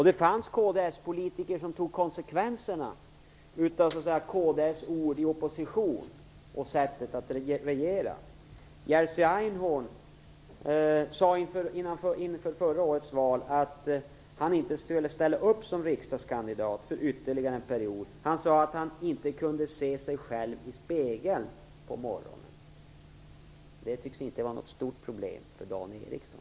Det fanns kds-politiker som tog konsekvenserna av kds ord i opposition och av sättet att regera. Jerzy Einhorn sade inför förra årets val att han inte skulle ställa upp som riksdagskandidat för ytterligare en period. Han sade att han inte kunde se sig själv i spegeln på morgnarna. Det tycks inte vara något stort problem för Dan Ericsson.